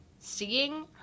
seeing